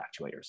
actuators